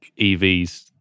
EVs